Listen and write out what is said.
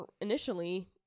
initially